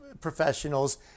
professionals